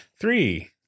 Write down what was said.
three